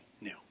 new